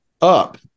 up